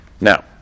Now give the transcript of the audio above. Now